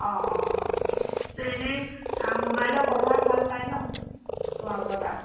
অঁ অঁ অঁ ত এনেই মোবাইলৰ কভাৰ ভাল পায় ন তোমালোকৰ তাত